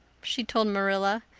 she told marilla.